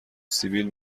سیبیل